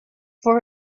for